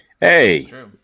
hey